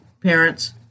parents